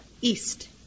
east